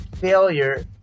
failure